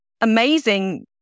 amazing